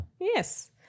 Yes